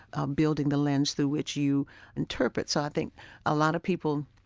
ah building the lens through which you interpret. so i think a lot of people